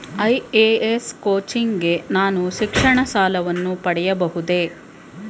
IAS coaching ಗೆ ನಾನು ಶಿಕ್ಷಣ ಸಾಲವನ್ನು ಪಡೆಯಬಹುದೇ?